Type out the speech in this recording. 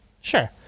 Sure